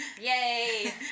yay